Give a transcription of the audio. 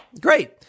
Great